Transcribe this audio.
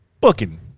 booking